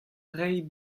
reiñ